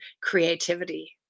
creativity